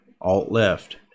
alt-left